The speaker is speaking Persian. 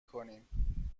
کنیم